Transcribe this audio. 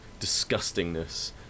disgustingness